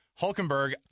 Hulkenberg